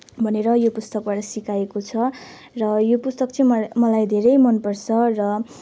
भनेर यो पुस्तकबाट सिकाएको छ र यो पुस्तक चाहिँ मलाई मलाई धेरै मनपर्छ र